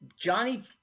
Johnny